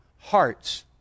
hearts